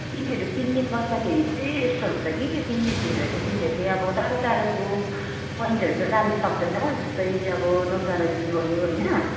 तिमीहरू तिन दिन बस्दाखेरि चाहिँ यस्तो हुन्छ कि तिनभित्र चाहिँ तिमीहरूले अब टाढो टाढोको पोइन्टहरू चाहिँ जानु सक्दैनौ जस्तै अब नोकडाँडा झिल भयो होइन